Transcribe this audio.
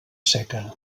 seca